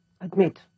admit